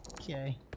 Okay